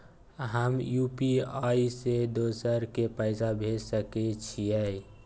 हम यु.पी.आई से दोसर के पैसा भेज सके छीयै?